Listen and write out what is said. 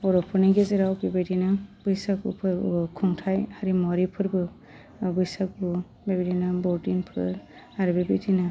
बर'फोरनि गेजेराव बेबायदिनो बैसागु फोरबो खुंथाइ हारिमुवारि फोरबो बैसागु बेबायदिनो बर' दिनफोर आरो बेबायदिनो